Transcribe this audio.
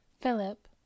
Philip